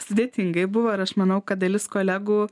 sudėtingai buvo ir aš manau kad dalis kolegų